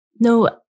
no